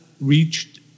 reached